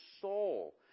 soul